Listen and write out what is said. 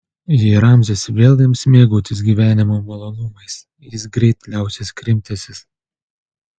jei ramzis vėl ims mėgautis gyvenimo malonumais jis greit liausis krimtęsis